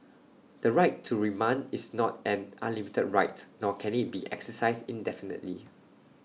the right to remand is not an unlimited right nor can IT be exercised indefinitely